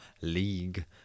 League